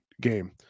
game